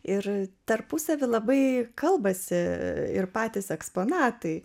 ir tarpusavyje labai kalbasi ir patys eksponatai